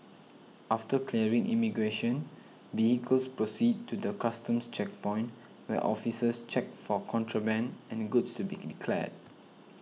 after clearing immigration vehicles proceed to the Customs checkpoint where officers check for contraband and goods to be declared